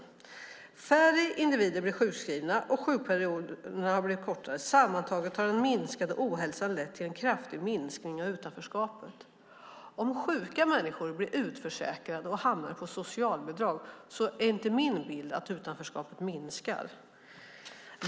Han skriver: Färre individer blir sjukskrivna, och sjukperioderna har blivit kortare. Sammantaget har den minskade ohälsan lett till en kraftig minskning av utanförskapet. Om sjuka människor blir utförsäkrade och hamnar på socialbidrag är det inte min bild att utanförskapet minskar.